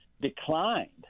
declined